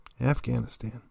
Afghanistan